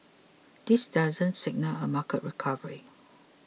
this doesn't signal a market recovery